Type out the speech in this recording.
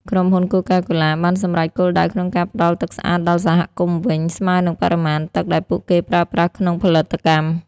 ក្រុមហ៊ុន កូកាកូឡា បានសម្រេចគោលដៅក្នុងការផ្តល់ទឹកស្អាតដល់សហគមន៍វិញ ស្មើនឹងបរិមាណទឹកដែលពួកគេប្រើប្រាស់ក្នុងផលិតកម្ម។